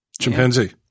Chimpanzee